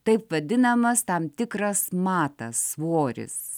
taip vadinamas tam tikras matas svoris